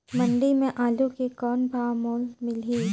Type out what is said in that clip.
मंडी म आलू के कौन भाव मोल मिलही?